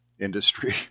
industry